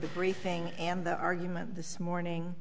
the briefing and the argument this morning